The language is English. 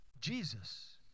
Jesus